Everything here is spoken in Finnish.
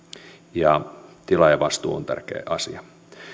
ja tilaajavastuu on tärkeä asia